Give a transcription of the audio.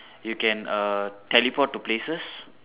you can err teleport to places